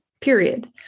period